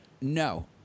no